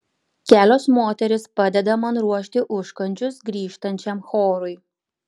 kelios moterys padeda man ruošti užkandžius grįžtančiam chorui